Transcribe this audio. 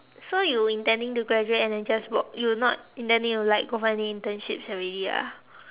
so you intending to graduate and then just work you not intending to like go for any internships already ah